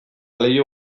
leiho